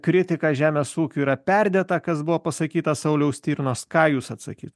kritika žemės ūkiui yra perdėta kas buvo pasakyta sauliaus stirnos ką jūs atsakyt